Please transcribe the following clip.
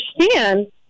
understand